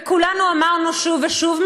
וכולנו אמרנו שוב ושוב,